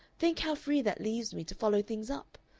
think how free that leaves me to follow things up!